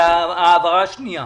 זה ההעברה השנייה.